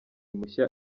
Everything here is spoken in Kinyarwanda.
mushya